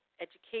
education